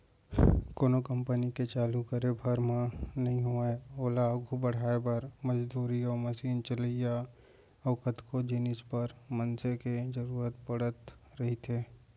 कोनो कंपनी के चालू करे भर म नइ होवय ओला आघू बड़हाय बर, मजदूरी अउ मसीन चलइया अउ कतको जिनिस बर मनसे के जरुरत पड़त रहिथे